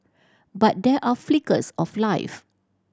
but there are flickers of life